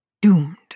Doomed